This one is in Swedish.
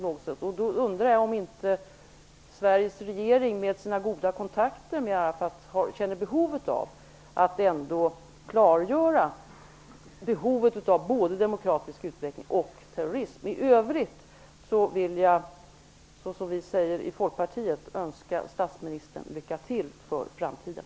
Då undrar jag om inte Sveriges regering, med tanke på sina goda kontakter med Arafat, känner ett behov av att klargöra att det både behövs demokratisk utveckling och terrorismbekämpning. I övrigt vill jag, som vi säger i Folkpartiet, önska statsministern lycka till för framtiden.